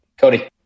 Cody